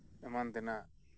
ᱮᱢᱟᱱ ᱛᱮᱱᱟᱜ